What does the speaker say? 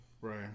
Right